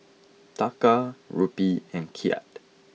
Taka Rupee and Kyat